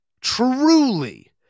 truly